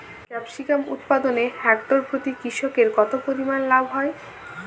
Capsicum উৎপাদনে hectare প্রতি কৃষকের কত পরিমান লাভ হয়?